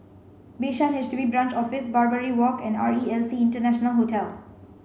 Bishan H D B Branch Office Barbary Walk and R E L C International Hotel